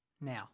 now